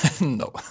No